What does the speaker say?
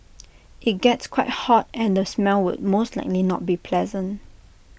IT gets quite hot and the smell will most likely not be pleasant